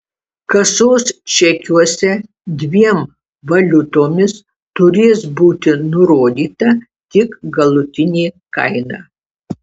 kasos čekiuose dviem valiutomis turės būti nurodyta tik galutinė kaina